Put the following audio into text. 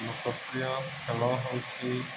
ଲୋକପ୍ରିୟ ଖେଳ ହେଉଛି